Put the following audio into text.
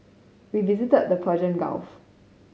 we visited the Persian Gulf